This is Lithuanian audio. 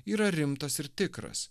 yra rimtas ir tikras